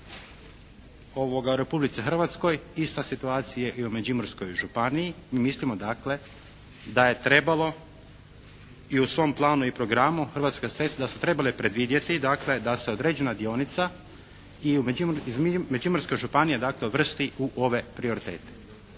kakve su ceste u Republici Hrvatskoj. Ista situacija je i u Međimurskoj županiji. Mi mislimo dakle da je trebalo i u svom planu i programu Hrvatske ceste da su trebale predvidjeti dakle da se određena dionica i Međimurska županija dakle uvrsti u ove prioritete.